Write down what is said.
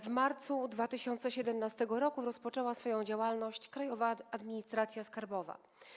W marcu 2017 r. rozpoczęła swoją działalność Krajowa Administracja Skarbowa.